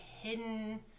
hidden